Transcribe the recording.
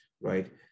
right